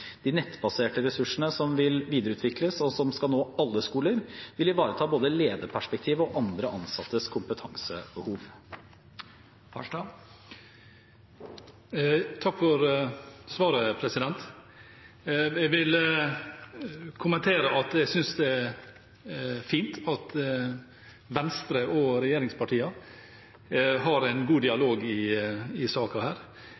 De nettbaserte ressursene som vil videreutvikles, og som skal nå alle skoler, vil ivareta både lederperspektivet og andre ansattes kompetansebehov. Takk for svaret. Jeg vil kommentere at jeg synes det er fint at Venstre og regjeringspartiene har en god